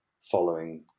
following